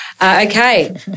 Okay